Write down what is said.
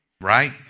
Right